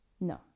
No